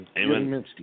Amen